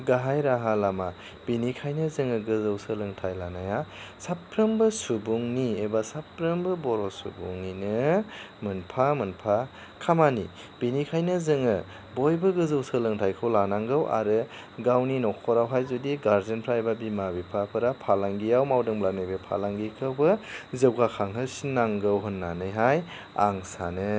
गाहाइ राहा लामा बेनिखायनो जोङो गोजौ सोलोंथाइ लानाया साफ्रोमबो सुबुंनि एबा साफ्रोमबो बर' सुबुंनिनो मोनफा मोनफा खामानि बेनिखायनो जोङो बयबो गोजौ सोलोंथाइखौ लानांगौ आरो गावनि नखरावहाय जुदि गार्जेनफ्रा एबा बिमा बिफाफ्रा फालांगियाव मावदोंब्लानो बे फालांगिखौबो जौगाखांहो सिननांगौ होन्नानैहाय आं सानो